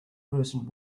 person